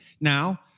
Now